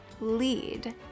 lead